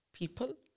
People